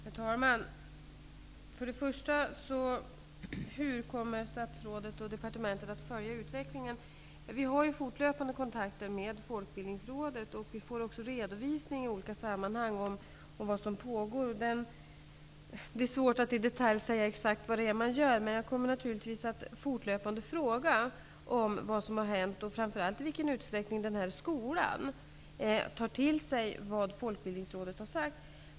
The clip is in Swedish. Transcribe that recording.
Herr talman! Stefan Kihlberg undrade till att börja med hur statsrådet och departementet kommer att följa utvecklingen. Vi har fortlöpande kontakter med Folkbildningsrådet, och vi får också redovisningar i olika sammanhang av vad som pågår. Det är svårt att i detalj exakt säga vad man gör, men jag kommer naturligtvis fortlöpande att fråga vad som händer och framför allt i vilken utsträckning denna skola tar till sig vad Folkbildningsrådet har sagt.